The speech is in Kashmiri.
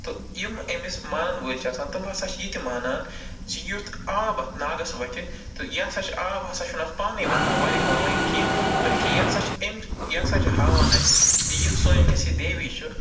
تہٕ یِم أمِس مانَن وٲلۍ چھِ آسان تِم ہسا چھِ یِتہِ مانان زِ یُتھ آب اَتھ ناگَس وَتھِ تہٕ یہِ ہسا چھُ آب ہسا چھُنہٕ اَتھ پانٕے وۄتھان واریاہَو رٔنگۍ کیٚنہہ بلکہ یہِ ہسا چھِ أمۍ یہِ ہسا چھُ ہاوان اَسہِ یُس سٲنۍ ؤنکٮ۪س یہِ دیوی چھِ